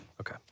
Okay